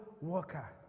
worker